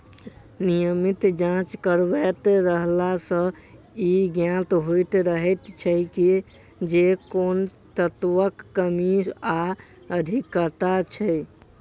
नियमित जाँच करबैत रहला सॅ ई ज्ञात होइत रहैत छै जे कोन तत्वक कमी वा अधिकता छै